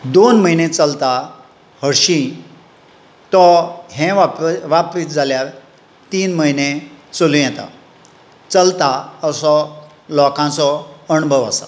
दोन म्हयने चलता हरशीं तो हें वापरीत जाल्यार तीन म्हयने चलूं येता चलता असो लोकाचो अणभव आसा